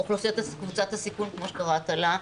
קבוצת הסיכון כמו שקראת לה,